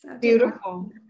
beautiful